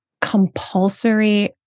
compulsory